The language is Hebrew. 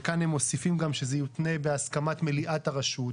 וכאן הם מוסיפים גם שזה יותנה בהסכמת מליאת הרשות.